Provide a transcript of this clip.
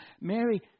Mary